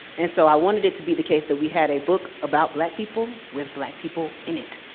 and so i wanted it to be the case that we had a book about black people with black people in it.